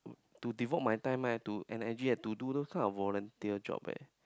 to devote my time eh to energy to do those kind of volunteer jobs eh